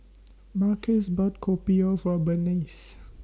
Marques bought Kopi O For Berniece